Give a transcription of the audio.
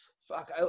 Fuck